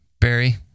Barry